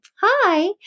Hi